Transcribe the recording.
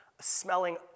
smelling